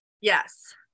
Yes